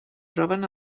troben